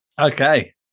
Okay